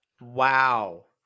Wow